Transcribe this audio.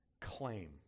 claim